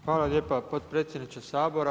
Hvala lijepa potpredsjedniče Sabora.